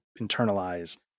internalize